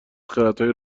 خردهای